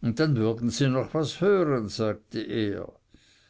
und dann werden sie noch was hören sagte er